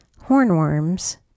hornworms